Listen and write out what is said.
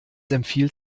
empfiehlt